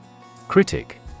Critic